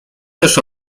też